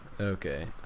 Okay